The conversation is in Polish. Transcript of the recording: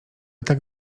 tak